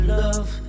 love